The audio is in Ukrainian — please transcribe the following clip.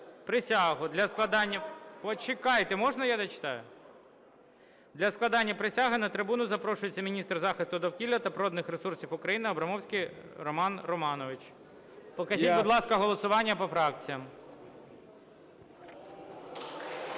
дочитаю. Для складання присяги на трибуну запрошується міністр захисту довкілля та природних ресурсів України Абрамовський Роман Романович. Покажіть, будь ласка, голосування по фракціях.